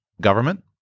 government